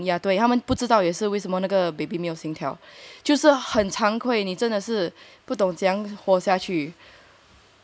ya 对他们不知道有时候为什么那个 baby 没有心跳就是很惭愧呢真的是你不懂将活下去